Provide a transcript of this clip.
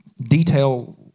detail